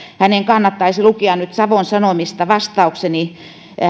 hänen kannattaisi lukea nyt savon sanomista vastaukseni